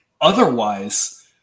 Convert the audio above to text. otherwise